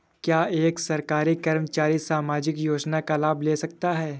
क्या एक सरकारी कर्मचारी सामाजिक योजना का लाभ ले सकता है?